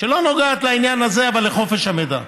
שלא נוגעת לעניין הזה, אבל לחופש המידע,